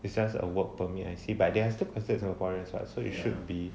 it's just a work permit I see but they are still considered as singaporeans [what] so it should be